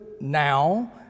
now